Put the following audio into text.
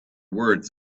words